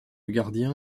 gardien